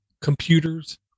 Computers